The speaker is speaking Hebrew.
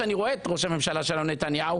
שאני רואה את ראש הממשלה שלנו נתניהו.